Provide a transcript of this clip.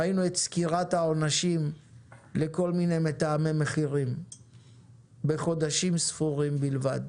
ראינו את סקירת העונשים לכל מיני מתאמי מחירים בחודשים ספורים בלבד,